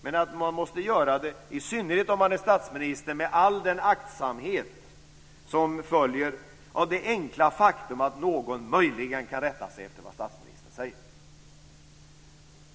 Men man måste, i synnerhet om man är statsminister, göra det med all den aktsamhet som följer av det enkla faktum att någon möjligen kan rätta sig efter vad statsministern säger.